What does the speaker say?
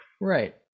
Right